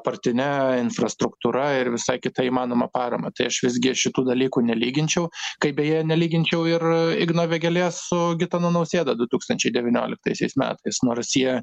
partine infrastruktūra ir visa kita įmanoma parama tai aš visgi šitų dalykų nelyginčiau kaip beje nelyginčiau ir igno vėgėlės su gitanu nausėda du tūkstančiai devynioliktaisiais metais nors jie